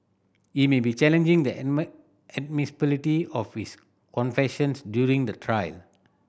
he may be challenging the admissibility of his confessions during the trial